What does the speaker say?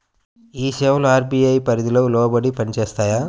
ఈ సేవలు అర్.బీ.ఐ పరిధికి లోబడి పని చేస్తాయా?